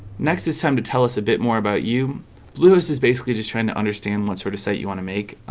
next it's time to tell us a bit more about you luis is basically just trying to understand what sort of site you want to make